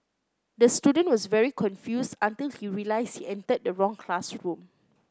the student was very confused until he realised he entered the wrong classroom